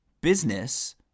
business